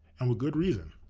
and with good reason.